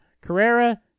Carrera